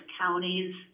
counties